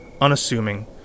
unassuming